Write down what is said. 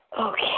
Okay